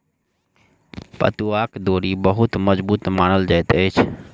पटुआक डोरी बहुत मजबूत मानल जाइत अछि